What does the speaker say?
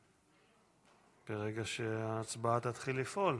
ברגע שההצבעה תתחיל לפעול,